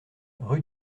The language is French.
rue